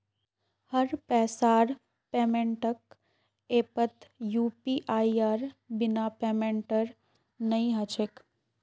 हर पैसार पेमेंटक ऐपत यूपीआईर बिना पेमेंटेर नइ ह छेक